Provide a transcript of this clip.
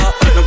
no